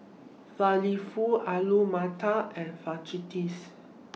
Falafel Alu Matar and Fajitas